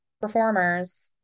performers